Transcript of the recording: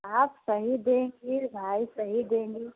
आप सही देखिए भाई सही देंगी